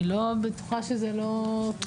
אני לא בטוחה שזה לא קורה.